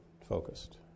focused